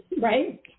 right